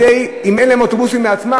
אם אין להם אוטובוסים בעצמם,